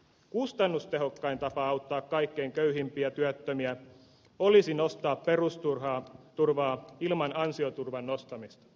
kustannustehokkain tapa auttaa kaikkein köyhimpiä työttömiä olisi nostaa perusturvaa ilman ansioturvan nostamista